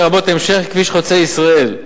לרבות המשך כביש חוצה-ישראל.